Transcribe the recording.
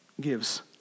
gives